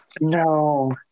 no